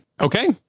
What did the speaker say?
Okay